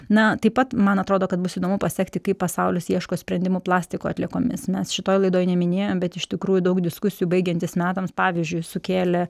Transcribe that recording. na taip pat man atrodo kad bus įdomu pasekti kaip pasaulis ieško sprendimų plastiko atliekomis mes šitoje laidoje neminėjo bet iš tikrųjų daug diskusijų baigiantis metams pavyzdžiui sukėlė